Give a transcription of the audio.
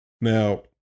Now